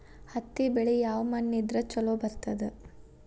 ಹತ್ತಿ ಬೆಳಿ ಯಾವ ಮಣ್ಣ ಇದ್ರ ಛಲೋ ಬರ್ತದ?